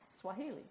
Swahili